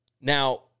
Now